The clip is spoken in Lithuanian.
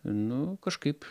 nu kažkaip